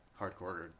hardcore